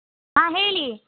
ಹಾಂ ಹೇಳಿ